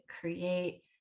create